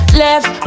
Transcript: left